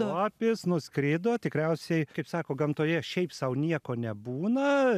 suopis nuskrido tikriausiai kaip sako gamtoje šiaip sau nieko nebūna